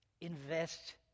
invest